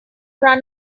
run